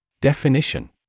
Definition